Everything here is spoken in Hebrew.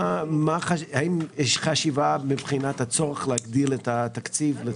האם יש חשיבה מבחינת הצורך להגדיל את התקציב?